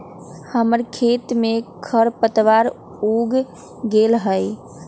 हमर खेत में खरपतवार उग गेल हई